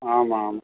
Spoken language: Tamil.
ஆமாம் ஆமாம்